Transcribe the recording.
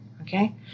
Okay